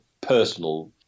personal